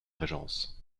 régence